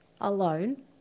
alone